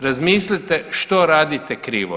Razmislite što radite krivo.